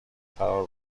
فرار